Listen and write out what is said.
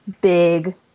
big